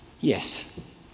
yes